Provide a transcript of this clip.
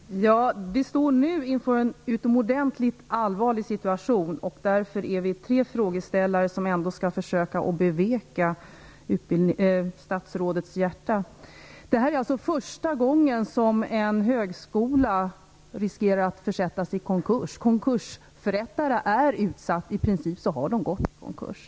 Fru talman! Vi står nu inför en utomordentligt allvarlig situation. Därför är vi tre frågeställare som skall försöka beveka statsrådets hjärta. Det är alltså första gången som en högskola riskerar att försättas i konkurs. Konkursförrättare är utsatt - i princip har man gått i konkurs.